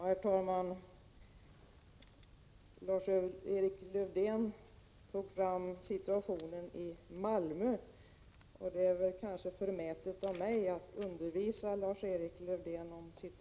Herr talman! Lars-Erik Lövdén tog som ett exempel fram situationen i Malmö. Det är kanske förmätet av mig att undervisa Lars-Erik Lövdén om Prot.